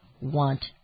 want